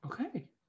okay